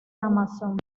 amazon